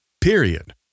period